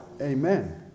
Amen